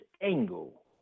angle